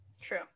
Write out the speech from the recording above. True